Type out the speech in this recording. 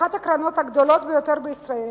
אחת הקרנות הגדולות ביותר בישראל,